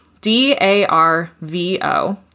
D-A-R-V-O